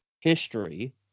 history